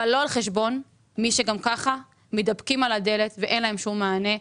אבל לא על חשבון מי שגם ככה מתדפקים על הדלת ואין להם שום מענה.